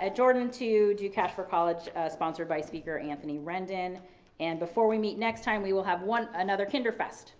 at jordan to do cash for college sponsored by speaker anthony renden and before we meet next time we will have another kinderfest